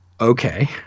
okay